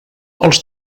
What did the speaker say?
els